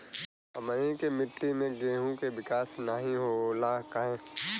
हमनी के मिट्टी में गेहूँ के विकास नहीं होला काहे?